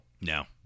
No